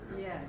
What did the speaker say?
Yes